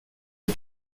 est